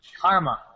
karma